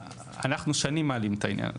אנחנו שנים מעלים את העניין הזה.